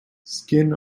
skin